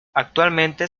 actualmente